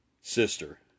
sister